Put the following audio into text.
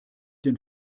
den